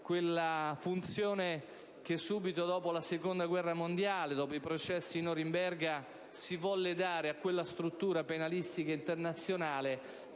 quella funzione che subito dopo la Seconda guerra mondiale, dopo i processi di Norimberga, si volle dare a quella struttura penalistica internazionale